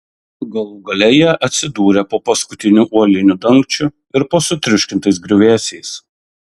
galų gale jie atsidūrė po paskutiniu uoliniu dangčiu ir po sutriuškintais griuvėsiais